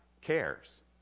cares